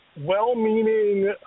well-meaning